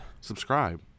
Subscribe